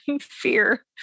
fear